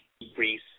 decrease